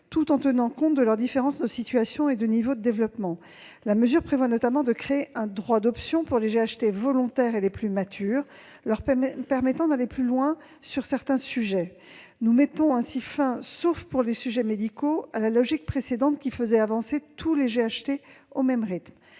tout en tenant compte de leurs différences de situations et de niveaux de développement. La mesure prévoit notamment de créer un droit d'option pour les GHT volontaires les plus matures, leur permettant d'aller plus loin sur certains sujets. Nous mettons ainsi fin, sauf pour les sujets médicaux, à la logique précédente, qui voulait que tous les GHT avancent au même rythme.